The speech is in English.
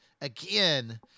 again